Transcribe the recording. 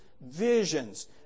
visions